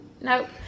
Nope